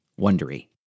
Wondery